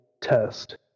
test